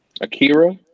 Akira